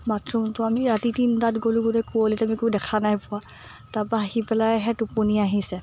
বাথৰুমটো আমি ৰাতি তিনিটাত গ'লো গোটেই কুঁৱলিত আমি একো দেখা নাইপোৱা তাৰপৰা আহি পেলাইহে টোপনি আহিছে